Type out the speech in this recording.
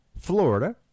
Florida